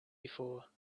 before